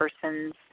person's